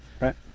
Right